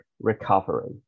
recovery